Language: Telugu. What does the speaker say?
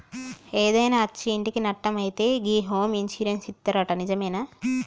ఏదైనా అచ్చి ఇంటికి నట్టం అయితే గి హోమ్ ఇన్సూరెన్స్ ఇత్తరట నిజమేనా